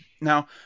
now